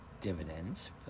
dividends